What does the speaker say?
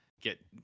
get